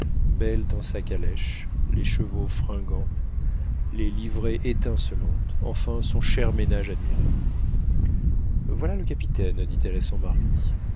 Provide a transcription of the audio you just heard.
belle dans sa calèche les chevaux fringants les livrées étincelantes enfin son cher ménage admiré voilà le capitaine dit-elle à son mari